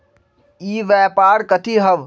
ई व्यापार कथी हव?